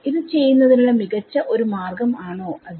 ഇത് ചെയ്യുന്നതിനുള്ള മികച്ച ഒരു ഒരു മാർഗം ആണോ അത്